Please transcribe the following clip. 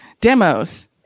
Demos